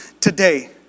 today